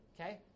okay